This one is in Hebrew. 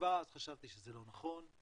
כבר אז חשבתי שזה לא נכון.